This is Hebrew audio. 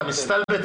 אתה מסתלבט?